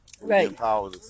right